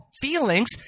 feelings